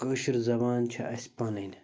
کٲشِر زبان چھےٚ اَسہِ پَنٕنۍ